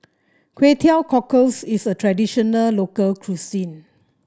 Kway Teow Cockles is a traditional local cuisine